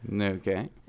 Okay